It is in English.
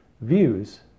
views